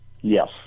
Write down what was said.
yes